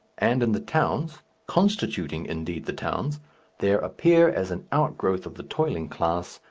and in the towns constituting, indeed, the towns there appear, as an outgrowth of the toiling class,